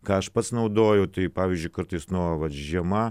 ką aš pats naudoju tai pavyzdžiui kartais nu vat žiema